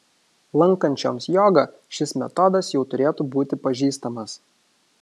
lankančioms jogą šis metodas jau turėtų būti pažįstamas